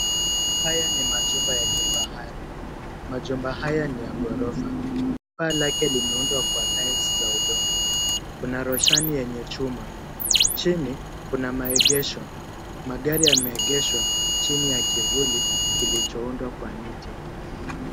Haya ni majumba ya kifahari. Majumba haya ni ya ghorofa. Paa lake limeundwa kwa tiles za udongo, kuna roshani yenye chuma. Chini kuna maegesho. Magari yameegeshwa chini ya kivuli kilichoundwa kwa miti.